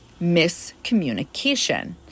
miscommunication